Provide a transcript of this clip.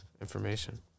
Information